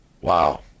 Wow